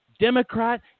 Democrat